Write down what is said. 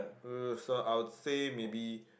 uh so I would say maybe